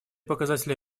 показатели